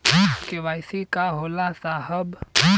KYC का होला साहब?